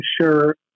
sure